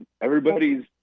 everybody's